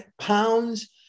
pounds